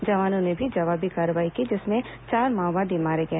जवानों ने भी जवाबी कार्रवाई की जिसमें चार माओवादी मारे गए